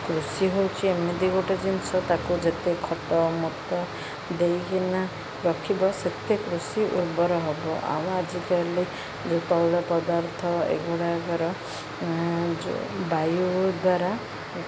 କୃଷି ହେଉଛି ଏମିତି ଗୋଟେ ଜିନିଷ ତାକୁ ଯେତେ ଖତ ମତ ଦେଇକିନା ରଖିବ ସେତେ କୃଷି ଉର୍ବର ହବ ଆଉ ଆଜିକାଲି ଯେଉଁ ତୈଳ ପଦାର୍ଥ ଏଗୁଡ଼ାକର ଯେଉଁ ବାୟୁ ଦ୍ୱାରା